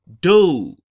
dude